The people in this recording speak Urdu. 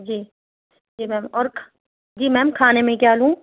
جی جی میم اور جی میم کھانے میں کیا لوں